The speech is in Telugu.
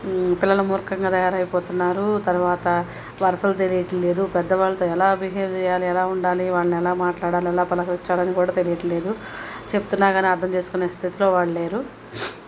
పిల్లలు మూర్ఖంగా తయారు అయిపోతున్నారు తరువాత వరుసలు తెలియట్లేదు పెద్దవాళ్ళతో ఎలా బిహేవ్ చేయాలి ఎలా ఉండాలి వాళ్ళని ఎలా మాట్లాడాలి ఎలా పలకరించాలి అని కూడా తెలియట్లేదు చెప్తున్నాకానీ అర్థం చేసుకునే స్థితిలో వాళ్ళు లేరు